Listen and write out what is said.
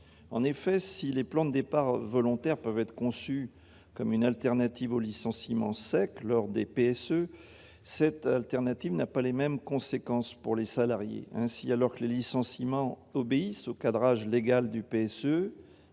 en effet si les plantes départs volontaires peuvent être conçue comme une alternative aux licenciements secs leurs DPS ce cette alternative n'a pas les mêmes conséquences pour les salariés, ainsi, alors que les licenciements obéissent au cadrage légal du PSU